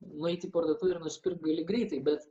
nueiti į parduotuvę ir nusipirkt gali greitai bet